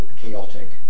chaotic